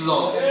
Lord